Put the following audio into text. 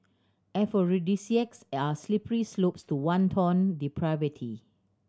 aphrodisiacs are slippery slopes to wanton depravity